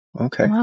Okay